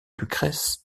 lucrèce